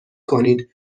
کنید